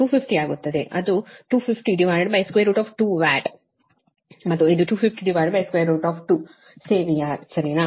ಆದ್ದರಿಂದ 250 cos 45 250 ಆಗುತ್ತದೆ ಅದು 2502 ವಾಟ್ ಮತ್ತು ಇದು 2502 ಸೇ VAR ಸರಿನಾ